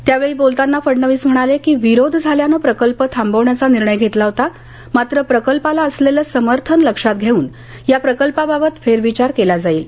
त्यावेळी बोलताना फडणवीस म्हणाले की विरोध झाल्यानं प्रकल्प थांबवण्याचा निर्णय घेतला होता मात्र प्रकल्पाला असलेलं समर्थन लक्षात घेऊन या प्रकल्पाबाबत फेरविचार केला जाईल